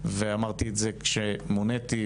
ואמרתי את זה כשמוניתי,